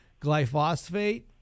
glyphosate